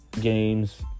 games